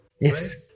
Yes